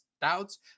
doubts